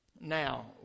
Now